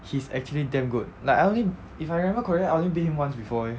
he's actually damn good like I only if I remember correctly I only beat him once before eh